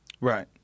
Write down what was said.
Right